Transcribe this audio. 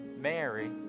Mary